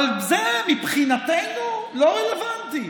אבל זה מבחינתנו לא רלוונטי.